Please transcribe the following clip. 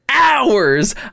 hours